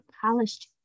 polished